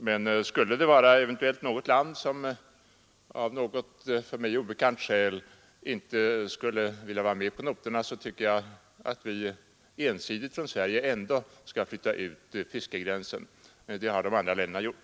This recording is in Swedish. Men skulle det eventuellt vara något land som av något för mig obekant skäl inte skulle vilja vara med på noterna, tycker jag att Sverige ändå ensidigt skall flytta ut fiskegränsen. Det har de andra länderna gjort.